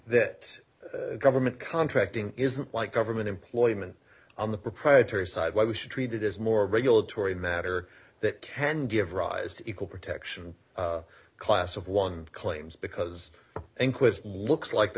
that government contracting isn't like government employment on the proprietary side why we should treat it as more regulatory matter that can give rise to equal protection class of one claims because in quiz looks like the